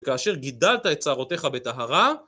כאשר גידלת את שערותיך בטהרה.